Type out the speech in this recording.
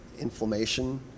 inflammation